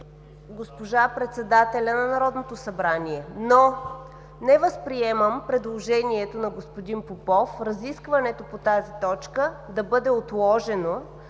госпожа председателя на Народното събрание. Не възприемам обаче предложението на господин Попов разискването по тази точка да бъде отложено,